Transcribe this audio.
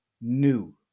new